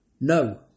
No